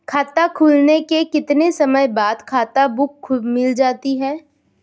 खाता खुलने के कितने समय बाद खाता बुक मिल जाती है?